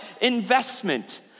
investment